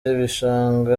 ibishanga